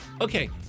Okay